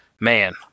man